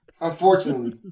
Unfortunately